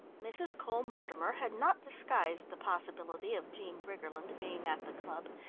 mrs. cole-mortimer had not disguised the possibility of jean briggerland being at the club,